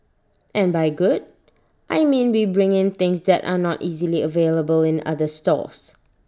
and by good I mean we bring in things that are not easily available in other stores